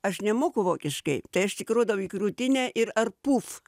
aš nemoku vokiškai tai aš tik rodau į krūtinę ir ar puf